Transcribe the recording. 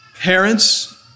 Parents